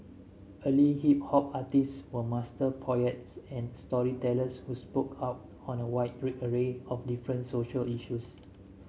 early hip hop artists were master poets and storytellers who spoke out on a wide array of different social issues